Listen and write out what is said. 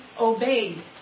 obeyed